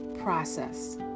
process